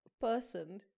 person